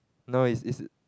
no is is